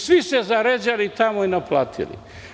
Svi se zaređali tamo i naplatili.